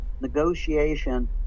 negotiation